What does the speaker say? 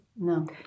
No